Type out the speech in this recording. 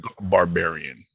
barbarian